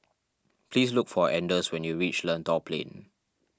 please look for anders when you reach Lentor Plain